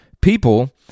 people